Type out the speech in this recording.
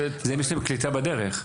זה אם יש להם קליטה בדרך.